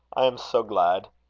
i am so glad!